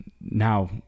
now